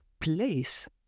place